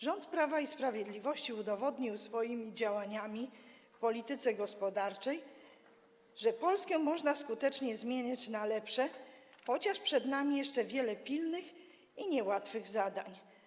Rząd Prawa i Sprawiedliwości udowodnił swoimi działaniami w polityce gospodarczej, że Polskę można skutecznie zmieniać na lepsze, chociaż przed nami jeszcze wiele pilnych i niełatwych zadań.